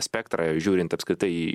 spektrą žiūrint apskritai į